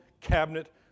Cabinet